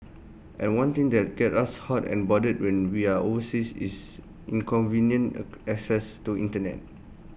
and one thing that gets us hot and bothered when we're overseas is inconvenient access to Internet